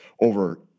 over